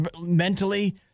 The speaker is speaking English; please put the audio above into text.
mentally